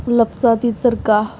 ਲਫ਼ਜ਼ਾਂ ਦੀ ਦਰਗਾਹ